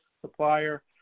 supplier